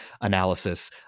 analysis